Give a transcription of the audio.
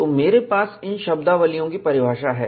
तो मेरे पास इन शब्दावलीयों की परिभाषा है